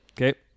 Okay